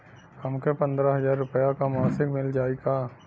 हमके पन्द्रह हजार रूपया क मासिक मिल जाई का?